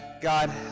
God